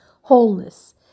wholeness